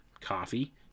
coffee